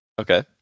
Okay